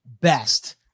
best